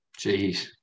jeez